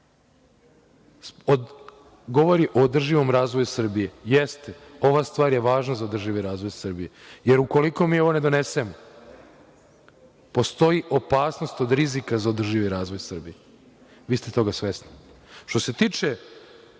govori o održivom razvoju Srbije. Jeste, ova stvar je važna za održivi razvoj Srbije, jer ukoliko mi ovo ne donesmo, postoji opasnost od rizika za održivi razvoj Srbije. Vi ste toga svesni. Što se tiče